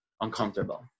uncomfortable